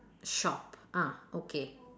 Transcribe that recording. shop ah okay